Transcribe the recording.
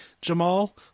Jamal